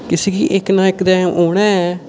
किसी गी इक ना इक दिन औना ऐ